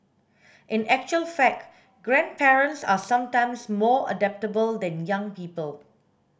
in actual fact grandparents are sometimes more adaptable than young people